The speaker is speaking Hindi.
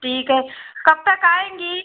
ठीक है कब तक आएँगी